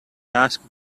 asked